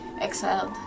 exiled